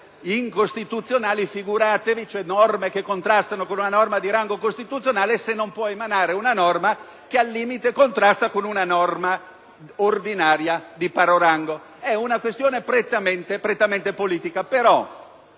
incostituzionali, cioè norme che contrastano con una norma di rango costituzionale, figuratevi se non può emanare una norma che al limite contrasta con una norma ordinaria di pari rango. È una questione prettamente politica.